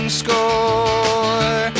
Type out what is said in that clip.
score